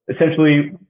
essentially